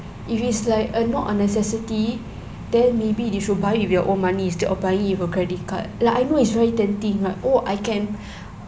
if it's like a not a necessity then maybe they should buy with their own money instead of buying with a credit card like I know is very tempting like oh I can